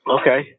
Okay